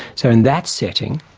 so, in that setting,